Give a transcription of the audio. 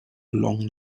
along